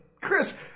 Chris